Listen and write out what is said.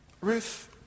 Ruth